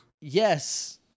yes